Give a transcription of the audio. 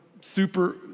super